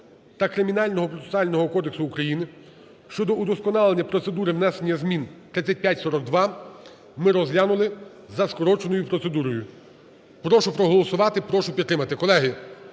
та Кримінального процесуального кодексів України щодо удосконалення процедури внесення змін (3542) ми розглянули за скороченою процедурою. Прошу проголосувати. Прошу підтримати.